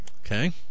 Okay